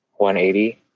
180